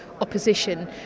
opposition